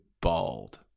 bald